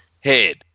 head